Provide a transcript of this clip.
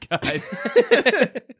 guys